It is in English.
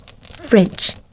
French